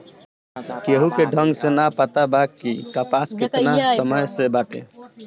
केहू के ढंग से ना पता बा कि कपास केतना समय से बाटे